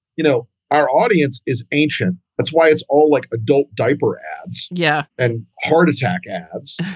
you know, our audience is ancient. that's why it's all like adult diaper ads. yeah. and heart attack ads.